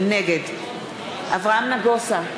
נגד אברהם נגוסה,